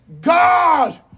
God